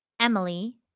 Emily